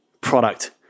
product